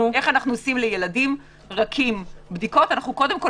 איך אנחנו עושים לילדים רכים בדיקות אנחנו קודם כל